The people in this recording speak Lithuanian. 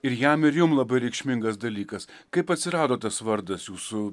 ir jam ir jum labai reikšmingas dalykas kaip atsirado tas vardas jūsų